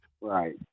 Right